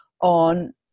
on